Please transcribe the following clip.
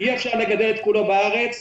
אי אפשר לגדל את כולו בארץ,